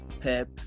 PEP